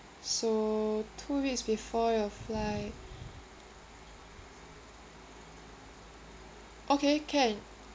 so two weeks before your flight okay can